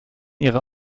ihrer